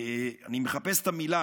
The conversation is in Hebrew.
אני מחפש את המילה,